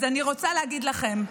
אז אני רוצה להגיד לכם,